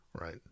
right